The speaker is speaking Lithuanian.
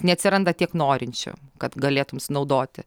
neatsiranda tiek norinčių kad galėtum sunaudoti